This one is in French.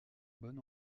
bon